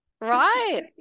right